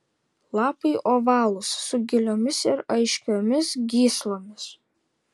lapai ovalūs su giliomis ir aiškiomis gyslomis